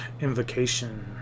invocation